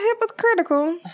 hypocritical